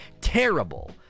terrible